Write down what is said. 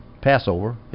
Passover